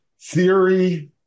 theory